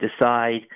decide